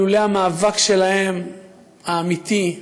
ולולא המאבק שלהם האמיתי,